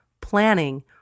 planning